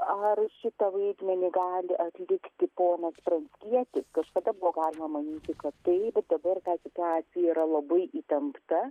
ar šitą vaidmenį gali atlikti ponas pranckietis kažkada buvo galima manyti kad taip dabar situacija yra labai įtempta